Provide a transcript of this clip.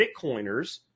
Bitcoiners